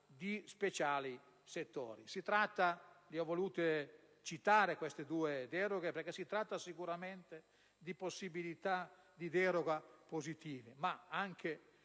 di specifici settori. Ho voluto citare le due deroghe perché si tratta sicuramente di possibilità di deroga positiva, ma che